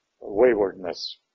waywardness